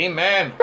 Amen